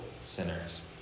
sinners